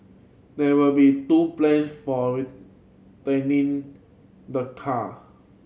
there will be two plans for returning the car